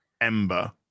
ember